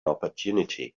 opportunity